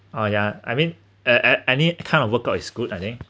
oh yeah I mean a~ a~ any kind of workout is good I think